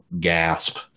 gasp